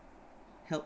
help